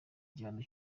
igihano